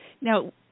now